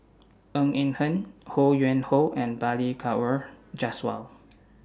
Ng Eng Hen Ho Yuen Hoe and Balli Kaur Jaswal